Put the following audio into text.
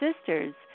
sisters